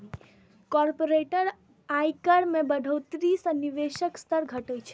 corporate आयकर मे बढ़ोतरी सं निवेशक स्तर घटै छै